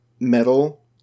Metal